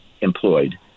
employed